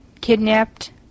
kidnapped